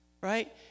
right